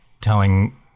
telling